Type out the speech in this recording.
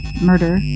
murder